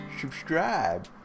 subscribe